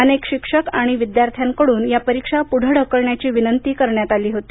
अनेक शिक्षक आणि विद्यार्थ्यांकडून या परीक्षा पुढं ढकलण्याची विनती करण्यात आली होती